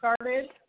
started